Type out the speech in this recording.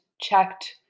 checked